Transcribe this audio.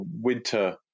winter